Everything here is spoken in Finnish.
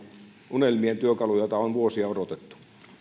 unelmien työkalu jota on vuosia odotettu